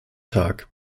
tag